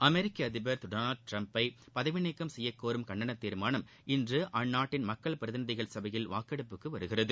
அமெரிக்க அதிபர் திரு Donald Trump ஐ பதவி நீக்கம் செய்யக்கோரும் கண்டனத்தீர்மானம் இன்று அந்நாட்டின் மக்கள் பிரதிநிதிகள் சபையில் வாக்கெடுப்புக்கு வருகிறது